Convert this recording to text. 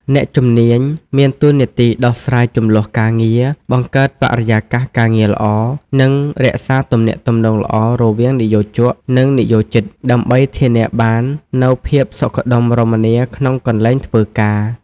អ្នកជំនាញ មានតួនាទីដោះស្រាយជម្លោះការងារ បង្កើតបរិយាកាសការងារល្អ និងរក្សាទំនាក់ទំនងល្អរវាងនិយោជក និងនិយោជិត ដើម្បីធានាបាននូវភាពសុខដុមរមនាក្នុងកន្លែងធ្វើការ។